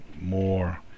more